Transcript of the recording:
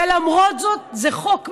ולמרות זאת, זה חוק מעולה,